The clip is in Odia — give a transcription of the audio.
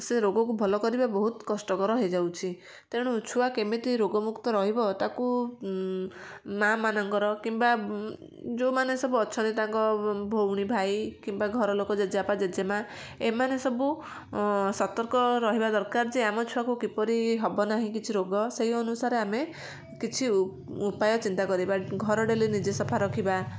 ସେ ରୋଗକୁ ଭଲ କରିବା ବହୁତ କଷ୍ଟକର ହେଇଯାଉଛି ତେଣୁ ଛୁଆ କେମିତି ରୋଗମୁକ୍ତ ରହିବ ତାକୁ ମାଁ ମାନଙ୍କର କିମ୍ବା ଯେଉଁମାନେ ସବୁ ଅଛନ୍ତି ତାଙ୍କ ଭଉଣୀ ଭାଇ କିମ୍ବା ଘରଲୋକ ଜେଜେବାପା ଜେଜେମାଁ ଏମାନେ ସବୁ ସତର୍କ ରହିବା ଦରକାର ଯେ ଆମ ଛୁଆକୁ କିପରି ହବ ନାହିଁ କିଛି ରୋଗ ସେଇ ଅନୁସାରେ ଆମେ କିଛି ଉପାୟ ଚିନ୍ତା କରିବା ଘର ଡେଲି ନିଜେ ସଫା ରଖିବା